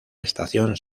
estación